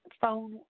phone